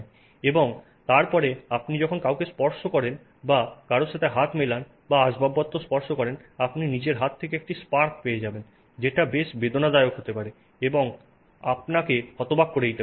এবং তারপরে আপনি যখন কাউকে স্পর্শ করেন বা কারও সাথে হাত মেলান বা আসবাবপত্র স্পর্শ করেন আপনি নিজের হাত থেকে একটি স্পার্ক পেয়ে যাবেন যেটা বেশ বেদনাদায়ক হতে পারে এবং আপনাকে হতবাক করে দিতে পারে